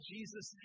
Jesus